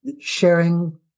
sharing